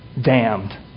damned